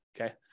Okay